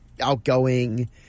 outgoing